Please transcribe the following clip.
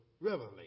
Revelation